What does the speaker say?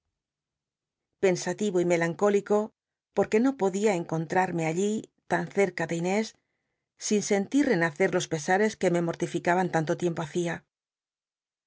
pensativo y melancólico porque no podia encontrarme allí tan cerca de inés sin sentir renacer los pesares que me mort ificaban tanto tiempo hacia